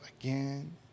again